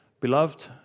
Beloved